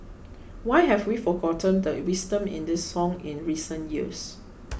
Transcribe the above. why have we forgotten the wisdom in this song in recent years